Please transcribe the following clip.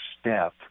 step